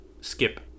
skip